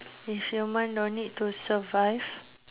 if human no need to survive